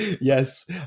Yes